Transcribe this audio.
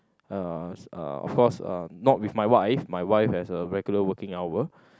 uh of course uh not with my wife my wife has a regular working hour